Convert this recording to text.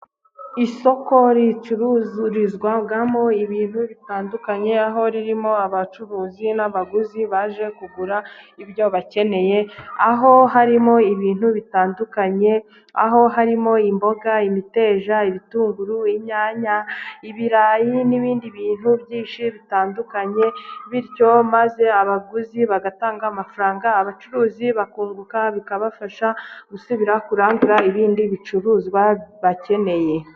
Isoko ricururizwamo ibintu bitandukanye, aho ririmo abacuruzi n'abaguzi baje kugura ibyo bakeneye, aho harimo ibintu bitandukanye, aho harimo imboga, imiteja, ibitunguru, inyanya, ibirayi n'ibindi bintu byinshi bitandukanye, bityo maze abaguzi bagatanga amafaranga, abacuruzi bakunguka bikabafasha gusubira kurangura, ibindi bicururizwa bakeneye.